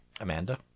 Amanda